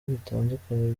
bitandukanye